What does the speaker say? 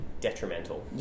detrimental